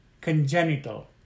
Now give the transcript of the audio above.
congenital